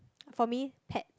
for me pet